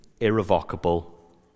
irrevocable